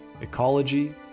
ecology